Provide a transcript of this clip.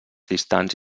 distants